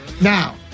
Now